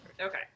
Okay